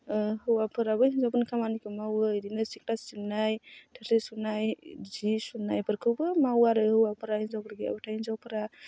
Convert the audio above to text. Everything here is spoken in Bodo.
हौवाफोराबो हिन्जावफोरनि खामानिखौ मावो बिदिनो सिथ्ला सिबनाय थोरसि सुनाय जि सुनाय बिफोरखौबो मावो आरो हौवाफोरा हिन्जावफोर गैयाबाथाय हिन्जावफ्रा